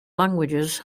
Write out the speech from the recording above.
languages